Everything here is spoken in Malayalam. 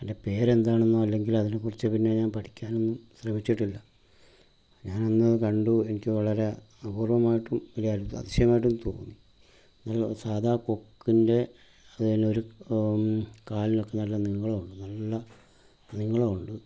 അതിൻ്റെ പേര് എന്താണെന്നോ അല്ലെങ്കിൽ അതിനെ കുറിച്ച് പിന്നെ ഞാൻ പഠിക്കാനൊന്നും ശ്രമിച്ചിട്ടില്ല ഞാൻ അന്ന് കണ്ടു എനിക്ക് വളരെ അപൂർവ്വമായിട്ടും ഒരു അതിശയമായിട്ടും തോന്നി സാദാ കൊക്കിൻ്റെ അതിലൊരു കാലിനൊക്കെ നല്ല നീളമുണ്ട് നല്ല നീളമുണ്ട്